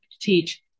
teach